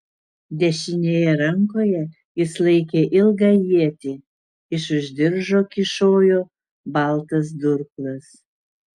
dešinėje rankoje jis laikė ilgą ietį iš už diržo kyšojo baltas durklas